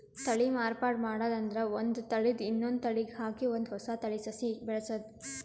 ತಳಿ ಮಾರ್ಪಾಡ್ ಮಾಡದ್ ಅಂದ್ರ ಒಂದ್ ತಳಿದ್ ಇನ್ನೊಂದ್ ತಳಿಗ್ ಹಾಕಿ ಒಂದ್ ಹೊಸ ತಳಿ ಸಸಿ ಬೆಳಸದು